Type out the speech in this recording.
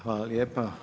Hvala lijepa.